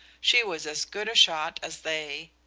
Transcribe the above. she was as good a shot as they.